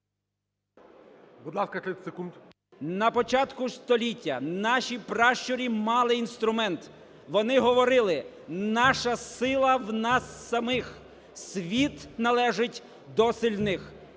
На початку століття наші пращури мали інструмент. Вони говорили: "Наша сила – в нас самих! Світ належить до сильних!".